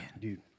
Dude